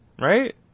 Right